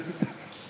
יותר טוב.